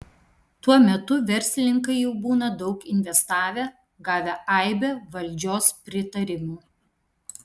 tuo metu verslininkai jau būna daug investavę gavę aibę valdžios pritarimų